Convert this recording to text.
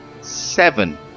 Seven